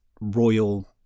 royal